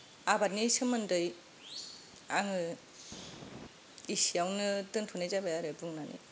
आबादनि सोमोन्दै आङो इसेयावनो दोन्थ'नाय जाबाय आरो बुंनानै